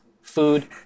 Food